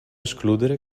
escludere